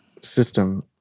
system